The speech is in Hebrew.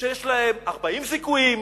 שיש להם 40 זיכויים,